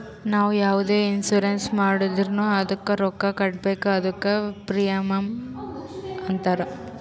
ನಾವು ಯಾವುದೆ ಇನ್ಸೂರೆನ್ಸ್ ಮಾಡುರ್ನು ಅದ್ದುಕ ರೊಕ್ಕಾ ಕಟ್ಬೇಕ್ ಅದ್ದುಕ ಪ್ರೀಮಿಯಂ ಅಂತಾರ್